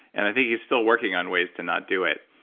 and i think he's still working on ways to not do it,